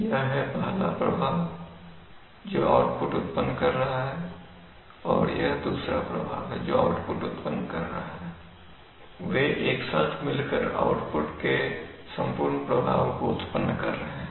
तो यह है पहला प्रभाव है जो आउटपुट उत्पन्न कर रहा है और यह दूसरा प्रभाव है जो आउटपुट उत्पन्न कर रहा है वे एक साथ मिलकर आउटपुट के संपूर्ण प्रभाव को उत्पन्न कर रहे हैं